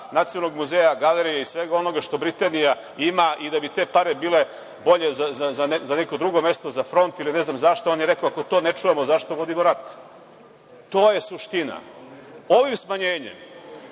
nacionalnog muzeja, galerije i svega onoga što Britanija ima i da bi te pare bile bolje za neko drugo mesto, za front ili ne znam za šta, on je rekao – ako to ne čuvamo, zašto vodimo rat? To je suština. Ovim smanjenjem